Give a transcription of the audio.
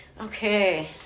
Okay